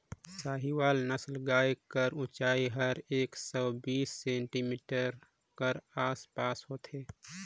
साहीवाल नसल गाय कर ऊंचाई हर एक सौ बीस सेमी कर आस पास होथे